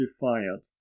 defiant